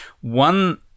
One